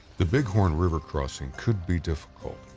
the bighorn river crossing could be difficult,